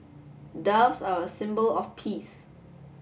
doves are a symbol of peace